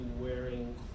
wearing